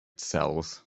cells